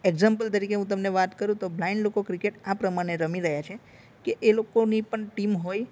example તરીકે હું તમને વાત કરું તો બ્લાઇન્ડ લોકો ક્રિકેટ આ પ્રમાણે રમી રહ્યા છે કે એ લોકોની પણ ટીમ હોય